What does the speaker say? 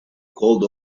called